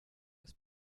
des